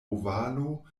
valo